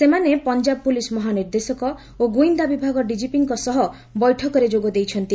ସେମାନେ ପଞ୍ଜାବ ପୁଲିସ୍ ମହାନିର୍ଦ୍ଦେଶକ ଓ ଗୁଇନ୍ଦା ବିଭାଗ ଡିକିପିଙ୍କ ସହ ବୈଠକରେ ଯୋଗ ଦେଇଛନ୍ତି